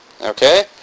Okay